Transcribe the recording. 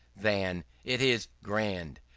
than it is grand.